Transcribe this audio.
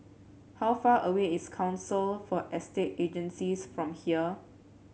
how far away is Council for Estate Agencies from here